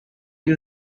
you